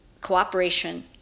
cooperation